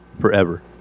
forever